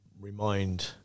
remind